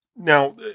Now